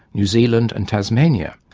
new zealand and tasmania.